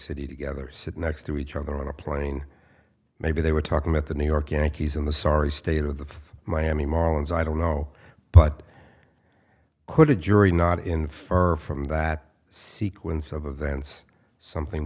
city together sit next to each other on a plane maybe they were talking about the new york yankees in the sorry state of the miami marlins i don't know but could a jury not infer from that sequence of events something